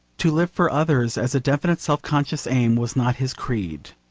to live for others as a definite self-conscious aim was not his creed.